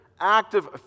active